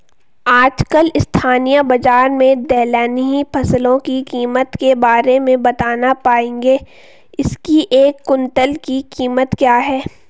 आजकल स्थानीय बाज़ार में दलहनी फसलों की कीमत के बारे में बताना पाएंगे इसकी एक कुन्तल की कीमत क्या है?